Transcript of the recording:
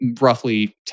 roughly